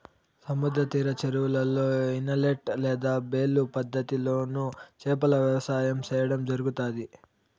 సముద్ర తీర చెరువులలో, ఇనలేట్ లేదా బేలు పద్ధతి లోను చేపల వ్యవసాయం సేయడం జరుగుతాది